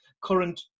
Current